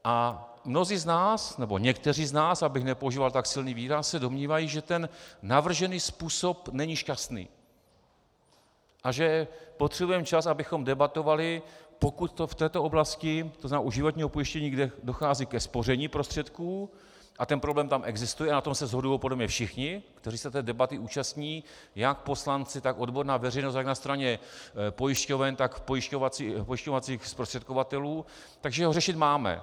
A mnozí z nás, nebo někteří z nás, abych nepoužíval tak silný výraz, se domnívají, že navržený způsob není šťastný a že potřebujeme čas, abychom debatovali, pokud to v této oblasti, tzn. u životního pojištění, kde dochází ke spoření prostředků, a ten problém tam existuje, a na tom se shodují podle mne všichni, kteří se té debaty účastní, jak poslanci, tak odborná veřejnost jak na straně pojišťoven, tak pojišťovacích zprostředkovatelů, tak že ho řešit máme.